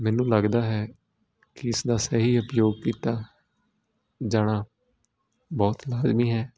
ਮੈਨੂੰ ਲੱਗਦਾ ਹੈ ਕਿ ਇਸ ਦਾ ਸਹੀ ਉਪਯੋਗ ਕੀਤਾ ਜਾਣਾ ਬਹੁਤ ਲਾਜ਼ਮੀ ਹੈ